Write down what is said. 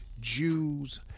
Jews